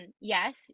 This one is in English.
Yes